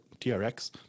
TRX